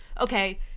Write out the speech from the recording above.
okay